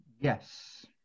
Yes